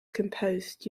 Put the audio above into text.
composed